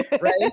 right